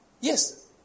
Yes